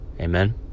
Amen